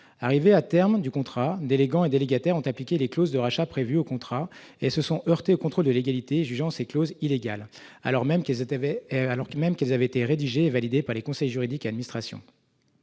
Arrivés au terme du contrat, délégant et délégataire ont appliqué les clauses de rachat prévues au contrat, mais se sont heurtés au contrôle de légalité : ces clauses ont été jugées illégales, alors même qu'elles avaient été rédigées et validées par les conseils juridiques et l'administration.